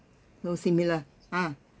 so similar !huh!